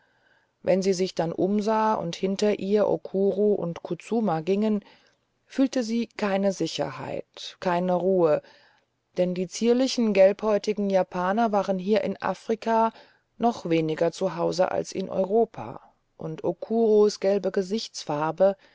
wenn sie sich dann umsah und hinter ihr okuro und kutsuma gingen fühlte sie keine sicherheit keine ruhe denn die zierlichen gelbhäutigen japaner waren hier in afrika noch weniger zu hause als in europa und okuros gelbe gesichtsfarbe